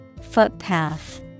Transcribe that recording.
Footpath